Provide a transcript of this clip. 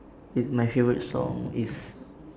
is my favourite song is